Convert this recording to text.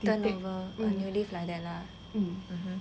turn over a new leaf like that lah mmhmm